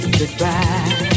goodbye